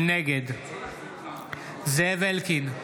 נגד זאב אלקין,